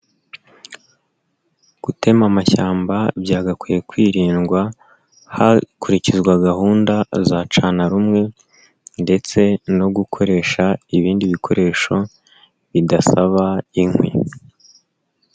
Gutema amashyamba byagakwiye kwirindwa hakurikizwa gahunda za cana rumwe ndetse no gukoresha ibindi bikoresho bidasaba inkwi.